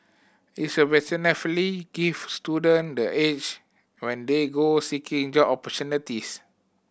it's a gives student the edge when they go seeking job opportunities